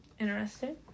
Interesting